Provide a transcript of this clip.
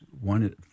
One